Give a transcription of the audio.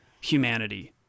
humanity